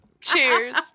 Cheers